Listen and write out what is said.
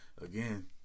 again